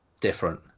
different